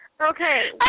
Okay